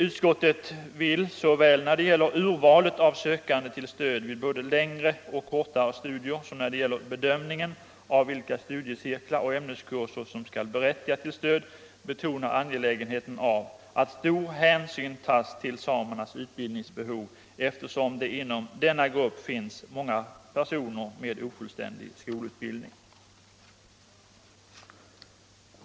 Utskottet vill såväl när det gäller urvalet av sökande till stöd vid både längre och kortare studier som när det gäller bedömningen av vilka studiecirklar och ämneskurser som skall berättiga till stöd betona angelägenheten av att stor hänsyn tas till samernas utbildningsbehov, eftersom det inom denna grupp finns många personer med ofullständig skolutbildning.